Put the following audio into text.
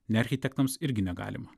ne architektams irgi negalima